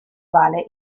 vale